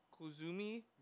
kuzumi